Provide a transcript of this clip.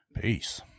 peace